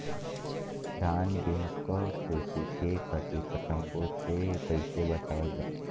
धान गेहूँक खेती के कीट पतंगों से कइसे बचावल जाए?